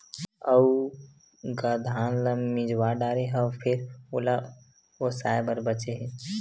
अउ गा धान ल मिजवा डारे हव फेर ओला ओसाय बर बाचे हे